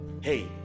hey